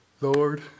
Lord